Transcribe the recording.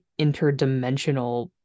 interdimensional